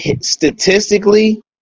statistically